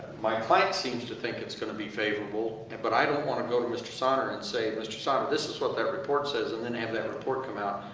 my client seems to think it's going to be favorable. and but i don't want to go to mr. sonner and say, mr. sonner, this is what that report says, and then have that report come out.